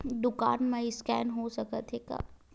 दुकान मा स्कैन हो सकत हे का?